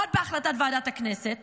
עוד מהחלטת ועדת הכנסת